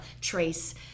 trace